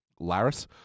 Laris